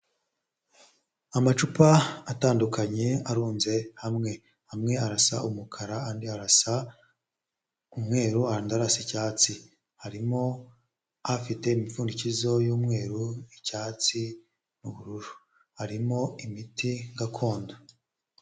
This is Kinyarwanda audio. Amacupa atandukanye arunze hamwe, amwe arasa umukara andi arasa umweru, andi arasa icyatsi, harimo afite imipfundikizo y'umweru icyatsi n'ubururu, harimo imiti gakondo.